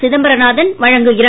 சிதம்பரநாதன் வழங்குகிறார்